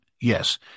yes